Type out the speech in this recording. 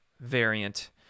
variant